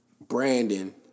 Brandon